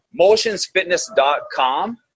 motionsfitness.com